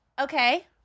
Okay